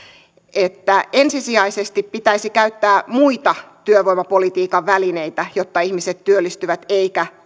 että ensisijaisesti pitäisi käyttää muita työvoimapolitiikan välineitä jotta ihmiset työllistyvät eikä